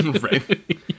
Right